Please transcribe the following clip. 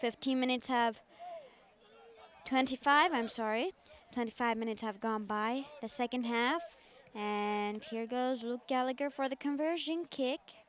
fifteen minutes have twenty five i'm sorry twenty five minutes have gone by the second half and here goes gallagher for the conversion kick